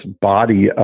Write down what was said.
body